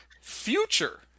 future